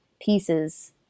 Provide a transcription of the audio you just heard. pieces